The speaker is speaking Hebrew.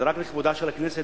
זה רק לכבודה של הכנסת,